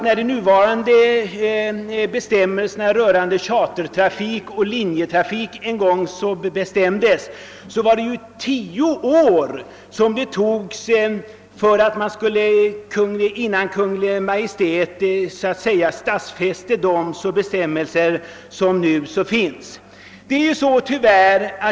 När de nuvarande bestämmelserna rörande chartertrafik och linjetrafik en gång utarbetades tog det tio år innan Kungl. Maj:t slutligen stadfäste dem.